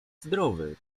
zdrowy